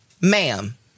Ma'am